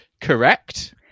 Correct